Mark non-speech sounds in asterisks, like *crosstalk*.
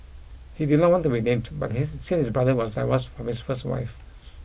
he did not want to be named but *unintelligible* his brother was divorced from his first wife *noise*